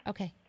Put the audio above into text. Okay